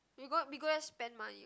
we got we go there spend money what